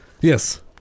Yes